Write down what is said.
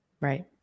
Right